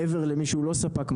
מעבר למי שלא ספק מזון,